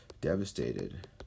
devastated